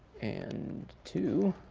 and two.